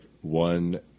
one